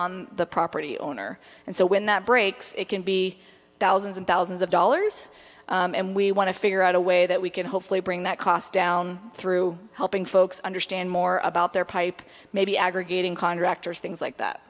on the property owner and so when that breaks it can be thousands and thousands of dollars and we want to figure out a way that we can hopefully bring that cost down through helping folks understand more about their pipe maybe aggregating contractors things like that